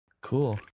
Cool